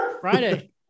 Friday